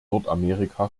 nordamerika